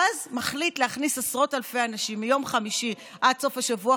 ואז מחליט להכניס עשרות אלפי אנשים מיום חמישי עד סוף השבוע,